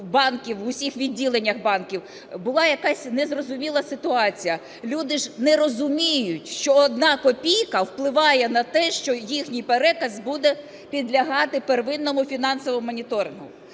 в усіх відділеннях банків була якась незрозуміла ситуація. Люди ж не розуміють, що одна копійка впливає на те, що їхній переказ буде підлягати первинному фінансовому моніторингу.